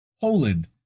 Poland